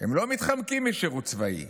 לא מתחמקים משירות צבאי,